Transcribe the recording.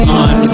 on